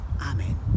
Amen